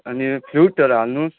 अनि फ्ल्युटहरू हाल्नुहोस्